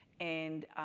and